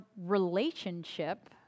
relationship